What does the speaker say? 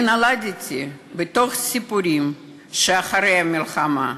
אני נולדתי בתוך סיפורים שאחרי המלחמה.